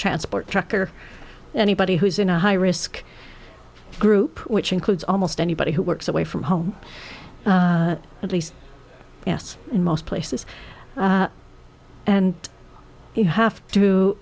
transport truck or anybody who's in a high risk group which includes almost anybody who works away from home at least yes in most places and you have to